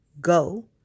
go